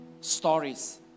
Stories